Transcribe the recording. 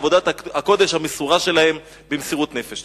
לעבודת הקודש המסורה שלהם במסירות נפש.